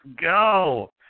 go